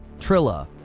Trilla